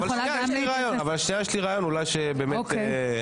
אני יכולה גם ל --- אבל יש לי רעיון שאולי באמת יסייע קצת.